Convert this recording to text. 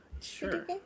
Sure